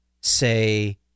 say